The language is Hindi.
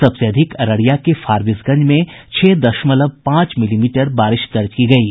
सबसे अधिक अररिया के फारबिसगंज में छह दशमलव पांच मिलीमीटर बारिश दर्ज की गयी